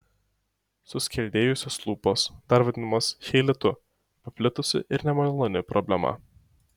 suskeldėjusios lūpos dar vadinamos cheilitu paplitusi ir nemaloni problema